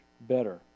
better